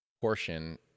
portion